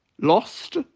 lost